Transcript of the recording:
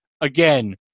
Again